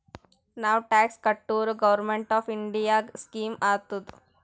ನಾವ್ ಟ್ಯಾಕ್ಸ್ ಕಟುರ್ government of ಇಂಡಿಯಾಗ ಇನ್ಕಮ್ ಆತ್ತುದ್